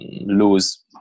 lose